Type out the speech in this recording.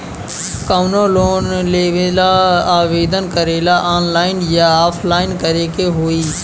कवनो लोन लेवेंला आवेदन करेला आनलाइन या ऑफलाइन करे के होई?